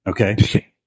Okay